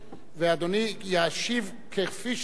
אדוני ישיב בזמן שדרוש לו.